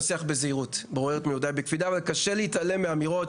בורר את מילותיי בקפידה, אבל קשה להתעלם מאמירות